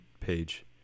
page